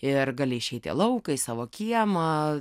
ir gali išeiti į lauką į savo kiemą